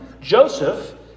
Joseph